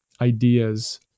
ideas